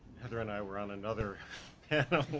heather and i were on another panel,